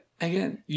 again